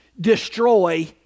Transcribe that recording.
destroy